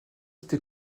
était